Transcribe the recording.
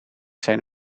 zijn